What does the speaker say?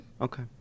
Okay